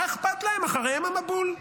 מה אכפת להם, אחריהם המבול.